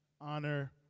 honor